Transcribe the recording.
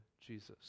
Jesus